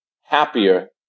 happier